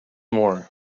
more